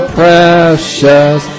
precious